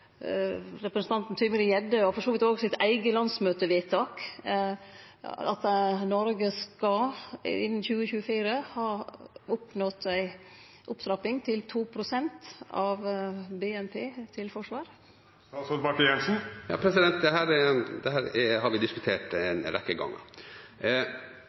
representanten Tybring-Gjeddes syn, og for så vidt òg sitt eige landsmøtevedtak, om at Noreg innan 2024 skal ha oppnått ei opptrapping til 2 pst. av BNP til forsvar? Dette har vi diskutert